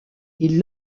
ils